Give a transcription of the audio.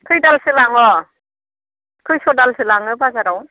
खैदालसो लाङो खैस' दालसो लाङो बाजाराव